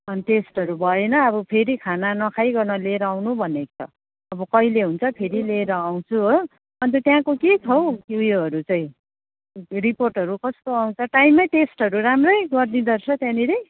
अनि टेस्टहरू भएन अब फेरि खाना नखाइकन लिएर आउनु भनेको छ अब कहिले हुन्छ फेरि लिएर आउँछु हो अन्त त्यहाँको के छ हौ त्यो उयोहरू चाहिँ रिपोर्टहरू कस्तो आउँछ टाइममै टेस्टहरू राम्रै गरिदिँदो रहेछ त्यहाँनिर